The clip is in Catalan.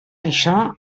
això